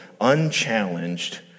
unchallenged